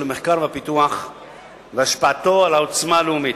המחקר והפיתוח והשפעתו על העוצמה הלאומית.